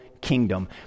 kingdom